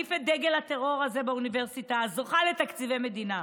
להניף את דגל הטרור הזה באוניברסיטה הזוכה לתקציבי מדינה.